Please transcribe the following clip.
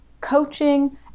coaching